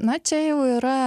na čia jau yra